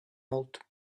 old